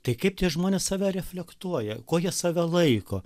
tai kaip tie žmonės save reflektuoja kuo jie save laiko